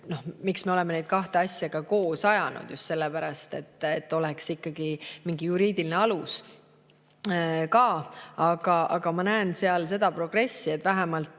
Miks me oleme neid kahte asja koos ajanud? Just sellepärast, et oleks ikkagi juriidiline alus ka. Ma näen seal seda progressi, et kuna